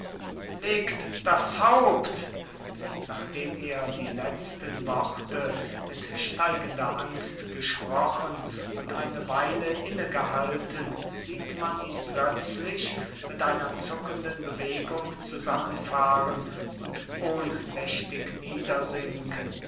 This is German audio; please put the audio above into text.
legt das haupt nachdem er die letzten worte mit steigender angst gesprochen und eine weile innegehalten sieht man ihn plötzlich mit einer zuckenden bewegung zusammenfahren und ohnmächtig